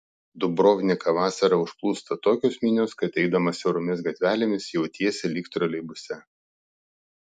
dubrovniką vasarą užplūsta tokios minios kad eidamas siauromis gatvelėmis jautiesi lyg troleibuse